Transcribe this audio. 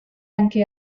anche